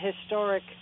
historic